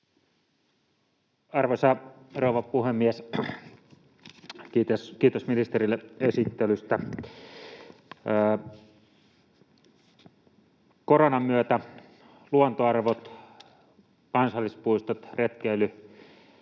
Arvoisa rouva puhemies! Kiitos ministerille esittelystä. Koronan myötä luontoarvot, kansallispuistot ja retkeily